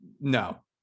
No